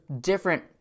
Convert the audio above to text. different